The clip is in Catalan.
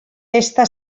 testa